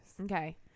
okay